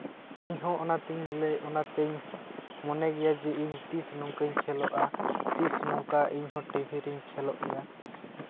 ᱤᱧ ᱦᱚᱸ ᱚᱱᱟᱛᱤᱧ ᱞᱟᱹᱭ ᱚᱱᱟᱛᱤᱧ ᱢᱚᱱᱮ ᱜᱮᱭᱟ ᱡᱮ ᱤᱧ ᱛᱤᱥ ᱱᱚᱝᱠᱟᱧ ᱠᱷᱮᱞᱚᱜᱼᱟ ᱛᱤᱥ ᱱᱚᱝᱠᱟ ᱤᱧᱦᱚᱸ ᱴᱤᱵᱷᱤ ᱨᱮᱧ ᱠᱷᱮᱞᱚᱜ ᱜᱮᱭᱟ